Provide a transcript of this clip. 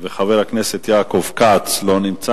חבר הכנסת יעקב כץ, אינו נוכח.